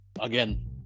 again